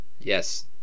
Yes